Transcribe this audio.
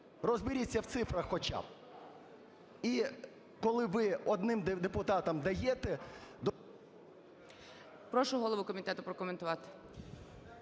Розберіться в цифрах хоча б. І коли ви одним депутатам даєте… ГОЛОВУЮЧИЙ. Прошу голову комітету прокоментувати.